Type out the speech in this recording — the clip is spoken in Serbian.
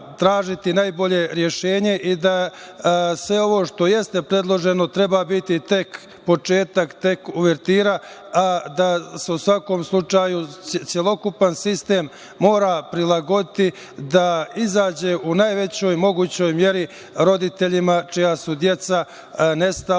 najbolje rešenje i da sve ovo što jeste predloženo treba biti tek početak, tek uvertira da se u svakom slučaju celokupan sistem mora prilagoditi, da izađe u najvećoj mogućoj meri roditeljima čija su deca nestala